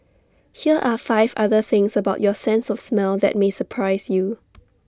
here are five other things about your sense of smell that may surprise you